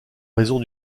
raison